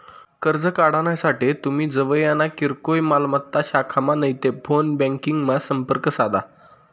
कर्ज काढानासाठे तुमी जवयना किरकोय मालमत्ता शाखामा नैते फोन ब्यांकिंगमा संपर्क साधा